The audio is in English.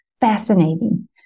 fascinating